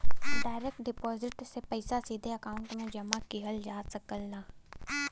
direct deposit से पइसा सीधे अकांउट में जमा किहल जा सकला